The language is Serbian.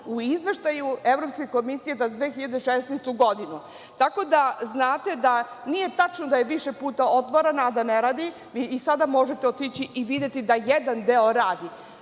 u i Izveštaju Evropske komisije za 2016. godinu. Nije tačno da je više puta otvarana, a da ne radi. Sada možete otići i videti da jedan deo radi.